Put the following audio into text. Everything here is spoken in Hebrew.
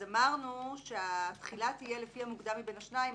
אז אמרנו שהתחילה תהיה לפי המוקדם מבין השניים.